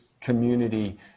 community